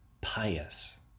pious